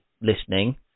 listening